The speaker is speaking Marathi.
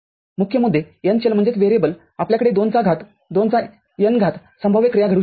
मुख्य मुद्दे - n चलआपल्याकडे २ चा घात२ चा n घात संभाव्य क्रिया घडू शकतात